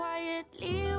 Quietly